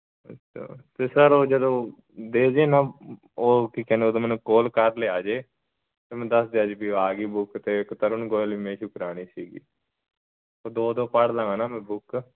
ਅੱਛਾ ਅਤੇ ਸਰ ਉਹ ਜਦੋਂ ਦੇ ਜੇ ਨਾ ਉਹ ਕੀ ਕਹਿੰਦੇ ਉਦੋਂ ਮੈਨੂੰ ਕਾਲ ਕਰ ਲਿਆ ਜੇ ਅਤੇ ਮੈਨੂੰ ਦੱਸ ਦਿਆ ਜੇ ਵੀ ਆਗੀ ਬੁੱਕ ਅਤੇ ਇੱਕ ਤਰੁਣ ਗੋਇਲ ਮੈਂ ਇਸ਼ੂ ਕਰਾਉਣੀ ਸੀਗੀ ਓਦੋਂ ਪੜ੍ਹ ਲਵਾਂ ਨਾ ਬੁੱਕ